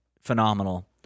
phenomenal